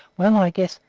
well i guess.